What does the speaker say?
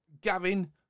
Gavin